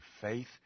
faith